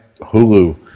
Hulu